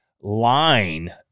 line